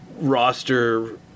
roster